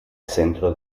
centro